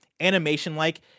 animation-like